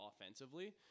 offensively